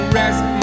rest